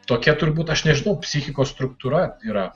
tokia turbūt aš nežinau psichikos struktūra yra